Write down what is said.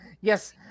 yes